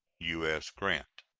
u s. grant.